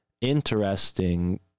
interesting